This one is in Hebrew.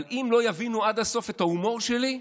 אבל אם לא יבינו עד הסוף את ההומור שלי,